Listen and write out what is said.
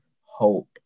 Hope